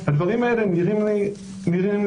הדברים האלה נראים לי א"ב.